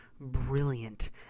brilliant